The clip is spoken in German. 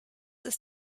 ist